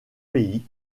pays